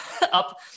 up